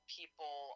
people